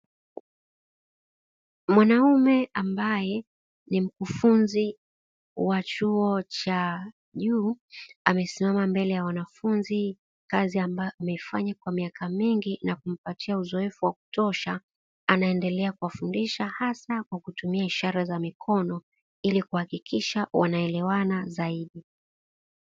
Mwanaume ambaye ni mkufunzi wa chuo cha juu amesimama mbele ya wanafunzi, kazi ambayo ameifanya kwa miaka mingi na kumpatia uzoefu wa kutosha anaendelea kuwafundisha hasa kwa kutumia ishara za mikono ili kuhakikisha wanaelewana zaidi.